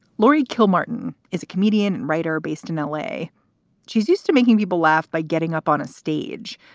laurie kilmartin is a comedian and writer based in l a. she's used to making people laugh by getting up on a stage,